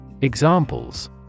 Examples